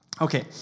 Okay